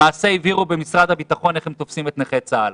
למעשה הבהירו במשרד הביטחון איך הם תופסים את נכי צה"ל: